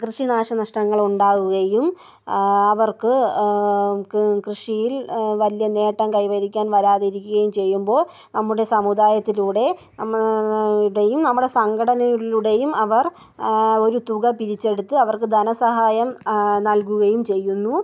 കൃഷി നാശനഷ്ടങ്ങൾ ഉണ്ടാവുകയും അവർക്ക് കൃഷിയിൽ വലിയ നേട്ടം കൈവരിക്കാൻ വരാതിരിക്കുകയും ചെയ്യുമ്പോൾ നമ്മുടെ സമുദായത്തിലൂടെ ഇടയിൽ നമ്മുടെ സംഘടനയിലൂടെയും അവർ ഒരു തുക പിരിച്ചെടുത്ത് അവർക്ക് ധനസഹായം നൽകുകയും ചെയ്യുന്നു